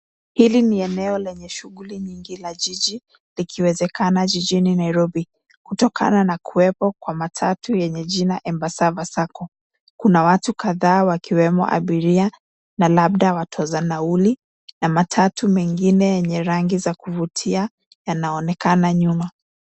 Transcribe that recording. Hili ni eneo lenye shughuli nyingi la jiji likiwezekana jijini Nairobi kutokana na kuwepo kwa matatu enye jina Embasava Sacco , kuna watu kataa wakiwemo abiria na labda watosa nauli na matatu mengine enye rangi za kuvutia yanaonekana nyuma.